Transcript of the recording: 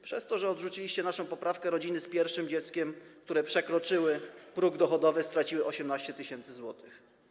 Przez to, że odrzuciliście naszą poprawkę, rodziny z pierwszym dzieckiem, które przekroczyły próg dochodowy, straciły 18 tys. zł.